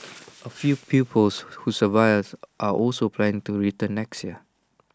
A few pupils who survived are also planning to return next year